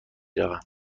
روم